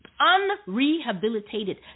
unrehabilitated